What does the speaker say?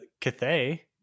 Cathay